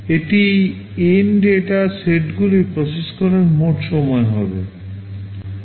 এটি N data সেটগুলি process করার মোট সময় হবে